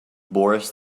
boris